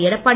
Edappadi